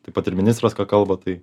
taip pat ir ministras ką kalba tai